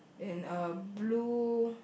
in a blue